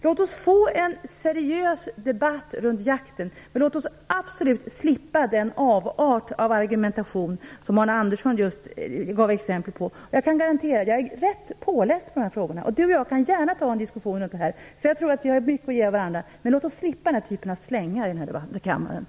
Låt oss få en seriös debatt runt jakten, men låt oss absolut slippa den avart av argumentation som Arne Andersson just gav exempel på. Jag kan garantera att jag är rätt påläst på de här frågorna. Du och jag kan gärna ta en diskussion om det här, för jag tror att vi har mycket att ge varandra. Men låt oss slippa den här typen av slängar här i kammaren.